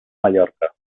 mallorca